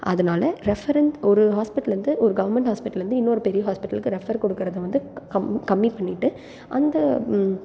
அதனால் ரெஃபரன்ஸ் ஒரு ஹாஸ்பிட்டலேருந்து ஒரு கவர்மெண்ட் ஹாஸ்பிட்டலேருந்து இன்னொரு பெரிய ஹாஸ்பிட்டலுக்கு ரெஃபர் கொடுக்குறது வந்து கம் கம்மி பண்ணிட்டு அந்த